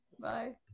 bye